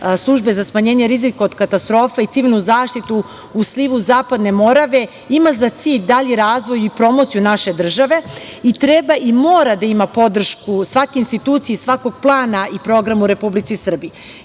službe za smanjenje rizika od katastrofa i civilnu zaštitu u slivu Zapadne Morave ima za cilj dalji razvoj i promociju naše države i treba i mora da ima podršku svake institucije i svakog plana i programa u Republici Srbiji. Sigurna